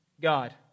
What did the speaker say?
God